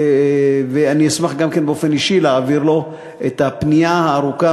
ואני גם אשמח באופן אישי להעביר לו את הפנייה הארוכה,